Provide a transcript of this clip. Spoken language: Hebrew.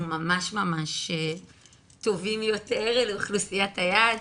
ממש טובים יותר לאוכלוסיית היעד.